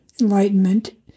enlightenment